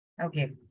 Okay